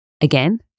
Again